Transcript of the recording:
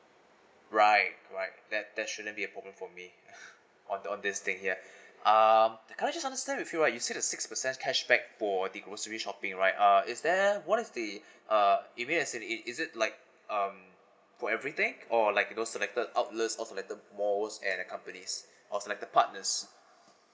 right right that that shouldn't be a problem for me on on this think ya um can I just understand with you ah you say the six percent cashback for the grocery shopping right uh is there what is the uh if it is uh it is it like um for everything or like to those selected outlets or selected malls and companies or selected partners